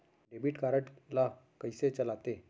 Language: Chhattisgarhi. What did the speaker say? डेबिट कारड ला कइसे चलाते?